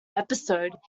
episode